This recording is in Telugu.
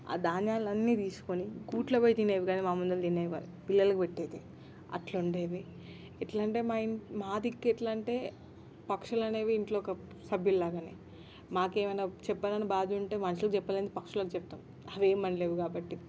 ఆ ధాన్యాలన్నీ తీసుకొని గూట్లోకి పోయి తినేవి కానీ మా ముందర తినేవి కాదు పిల్లలకి పెట్టేది అట్లా ఉండేవి ఎట్లా అంటే మా దిక్కు ఎట్లా అంటే పక్షులు అనేవి ఇంట్లో ఒక సభ్యులు లాగానే మాకేమైనా చెప్పలేని బాధ ఉంటే మనుషులకి చెప్పలేనిది పక్షులకి చెప్తాము అవేమీ అనలేవు కాబట్టి